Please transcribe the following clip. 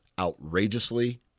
outrageously